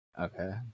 okay